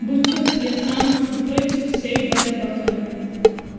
بہٕ چھُس یَژھان صُبحچہِ شیٚیِہِ بجہِ وۄتُھن